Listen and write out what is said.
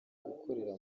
gukorera